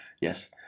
yes